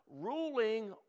ruling